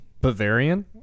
Bavarian